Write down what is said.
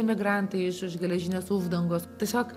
emigrantai iš už geležinės uždangos tiesiog